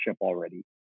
already